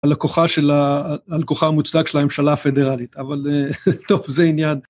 על כוחה המוצדק של הממשלה הפדרלית, אבל טוב, זה עניין.